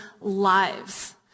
lives